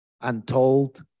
untold